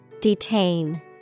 Detain